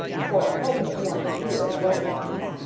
for i hope it is one to you as well as to me,